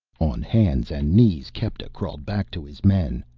on hands and knees kepta crawled back to his men.